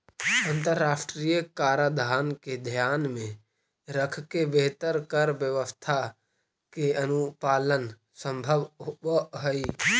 अंतरराष्ट्रीय कराधान के ध्यान में रखके बेहतर कर व्यवस्था के अनुपालन संभव होवऽ हई